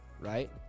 right